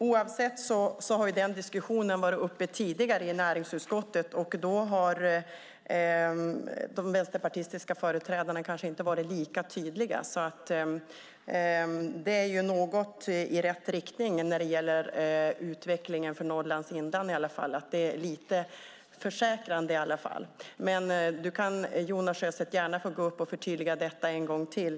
Oavsett vilket har denna diskussion varit uppe tidigare i näringsutskottet, och då har de vänsterpartistiska företrädarna kanske inte varit lika tydliga. Det är alltså något i rätt riktning när det gäller utvecklingen för Norrlands inland. Det är lite försäkrande, i alla fall. Jonas Sjöstedt får dock gärna gå upp i talarstolen och förtydliga detta en gång till.